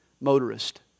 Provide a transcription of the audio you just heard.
Motorist